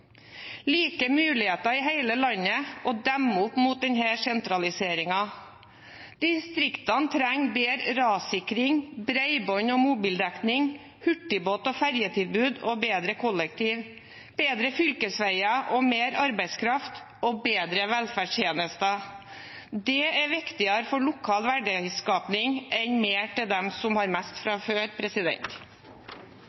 like muligheter i hele landet og demme opp mot denne sentraliseringen. Distriktene trenger bedre rassikring, bredbånd og mobildekning, hurtigbåt og ferjetilbud, bedre kollektivtilbud, bedre fylkesveier, mer arbeidskraft og bedre velferdstjenester. Det er viktigere for lokal verdiskaping enn mer til dem som har mest fra